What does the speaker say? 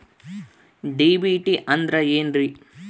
DBT ಅಂದ್ರ ಏನ್ರಿ?